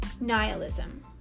nihilism